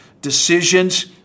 decisions